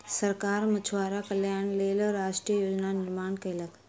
सरकार मछुआरा कल्याणक लेल राष्ट्रीय योजना निर्माण कयलक